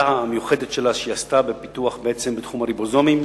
המיוחדת שהיא עשתה בפיתוח בתחום הריבוזומים